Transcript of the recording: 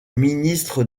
ministres